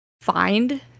find